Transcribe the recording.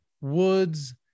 Woods